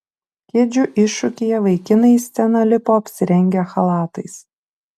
kėdžių iššūkyje vaikinai į sceną lipo apsirengę chalatais